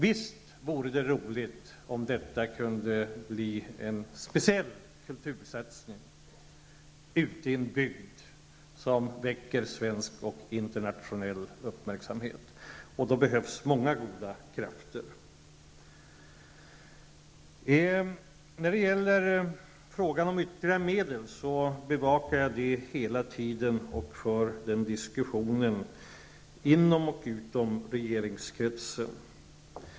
Visst vore det roligt om det kunde utmynna i en speciell kultursatsning som väcker svensk och internationell uppmärksamhet. För att klara det behövs många goda krafter. Jag bevakar hela tiden frågan om ytterligare medel och för en diskussion därom inom och utom regeringskretsen.